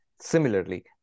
Similarly